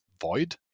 void